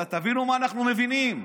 אלא תבינו מה אנחנו מבינים.